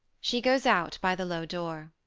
she goes out by the low door.